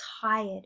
tired